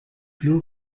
blu